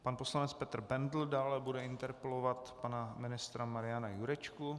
Pan poslanec Petr Bendl dále bude interpelovat pana ministra Mariana Jurečku.